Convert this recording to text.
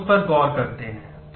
तो हम उस पर गौर करते हैं